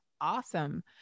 awesome